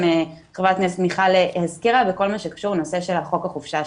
ח"כ מיכל הזכירה בכל הנושא שקשור לחוק החופשה השנתית.